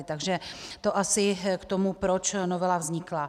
Takže to asi k tomu, proč novela vznikla.